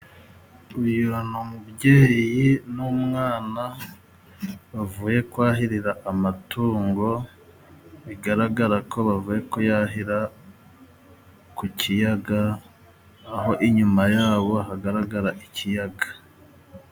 Uyu ni umubyeyi n'umwana bavuye kwahirira amatungo bigaragara ko bavuye kuyahira ku kiyaga aho inyuma yabo hagaragara ikiyaga.